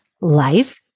life